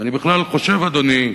ואני בכלל חושב, אדוני,